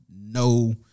no